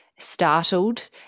startled